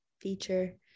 feature